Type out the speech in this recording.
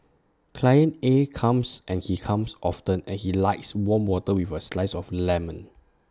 client A comes and he comes often and he likes warm water with A slice of lemon